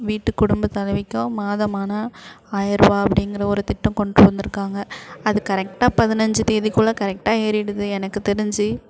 வீட்டுக் குடும்பத் தலைவிக்கும் மாதமானால் ஆயர ருபாய் அப்படிங்கற ஒரு திட்டம் கொண்டு வந்திருக்காங்க அது கரெக்டாக பதினஞ்சு தேதிக்குள்ளே கரெக்டாக ஏறிடுது எனக்குத் தெரிஞ்சு